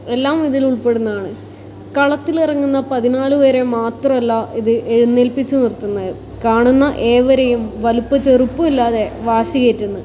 എല്ലാം ഇതിൽ ഉൾപ്പെടുന്നതാണ് കളത്തിൽ ഇറങ്ങുന്ന പതിനാല് പേരെ മാത്രമല്ല ഇത് എഴുന്നേൽപ്പിച്ച് നിർത്തുന്നത് കാണുന്ന ഏവരെയും വലിപ്പച്ചെറുപ്പം ഇല്ലാതെ വാശി കയറ്റുന്നു